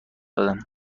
دادم